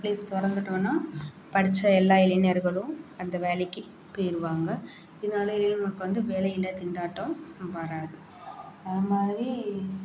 work place திறந்துட்டோன்னா படித்த எல்லா இளைஞர்களும் அந்த வேலைக்கு போயிருவாங்க இதனால் இளைஞர்களுக்கு வந்து வேலையில்லாத திண்டாட்டம் வராது அது மாதிரி